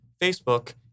Facebook